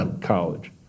college